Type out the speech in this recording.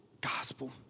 gospel